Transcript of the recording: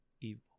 evil